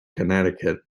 connecticut